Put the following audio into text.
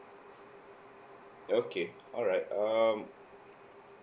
okay alright um